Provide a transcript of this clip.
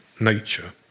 nature